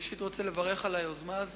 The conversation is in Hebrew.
ראשית אני רוצה לברך על היוזמה הזאת.